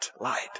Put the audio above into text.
light